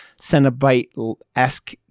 Cenobite-esque